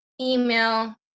email